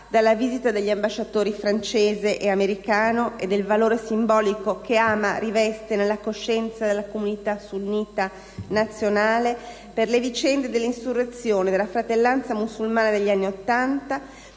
dalla visita degli ambasciatori francese ed americano e del valore simbolico che Hama riveste nella coscienza della comunità sunnita nazionale per le vicende dell'insurrezione della Fratellanza musulmana negli anni Ottanta